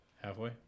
Halfway